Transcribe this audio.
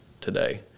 today